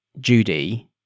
Judy